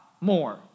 more